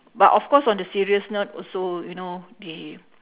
but of course on the serious note also you know they